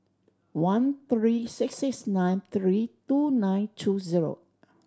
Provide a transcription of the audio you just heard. one three six six nine three two nine two zero